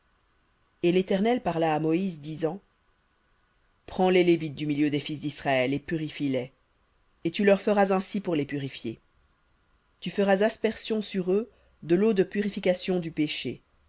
et l'éternel parla à moïse disant prends les lévites du milieu des fils d'israël et purifie les et tu leur feras ainsi pour les purifier tu feras aspersion sur eux de l'eau de purification du péché